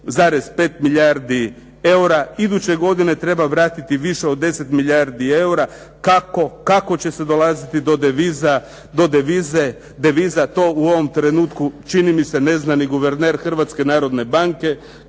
milijardi eura. Iduće godine treba vratiti više od 10 milijardi kuna. Kako? Kako će se dolaziti do deviza? To u ovom trenutku čini mi se ne zna ni guverner Hrvatske narodne banke,